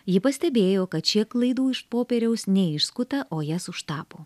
ji pastebėjo kad šie klaidų iš popieriaus ne iš skuta o jas užtapo